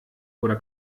oder